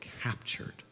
captured